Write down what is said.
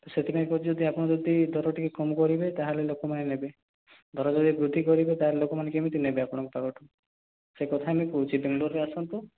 ତ ସେଥିପାଇଁ କହୁଛି ଯଦି ଆପଣ ଯଦି ଦର ଟିକେ କମ୍ କରିବେ ତାହେଲେ ଲୋକମାନେ ନେବେ ଦର ଯଦି ବୃଦ୍ଧି କରିବେ ତାହେଲେ ଲୋକମାନେ କେମିତି ନେବେ ଆପଣଙ୍କ ପାଖଠୁ ସେକଥା ମୁଁ କହୁଛି ବେଙ୍ଗଲୋର୍ ଆସନ୍ତୁ